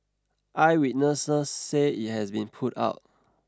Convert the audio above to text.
eyewitnesses say it has been put out